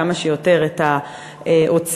כמה שיותר את ההוצאה,